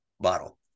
bottle